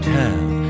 town